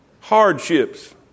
Hardships